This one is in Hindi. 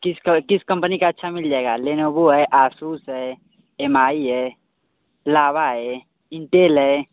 किसका किस कम्पनी का अच्छा मिल जाएगा लेनोवो है आसूस है एम आई है लावा है इन्टेल है